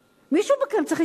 מישהו מכם צריך לעשות סדר.